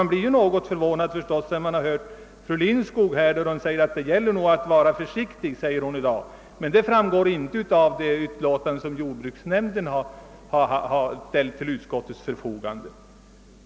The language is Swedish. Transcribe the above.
Man blir visserligen något förvånad när man får höra fru Lindskog säga att det här gäller att vara försiktig, men att konsumentdelegationen skulle ha den uppfattningen framgår inte av det utlåtande som jordbruksnämnden ställt till utskottets förfogande.